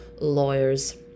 lawyers